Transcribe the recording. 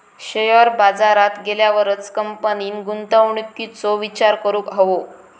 share बाजारात गेल्यावरच कंपनीन गुंतवणुकीचो विचार करूक हवो